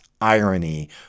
irony